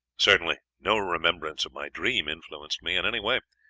certainly no remembrance of my dream influenced me in any way,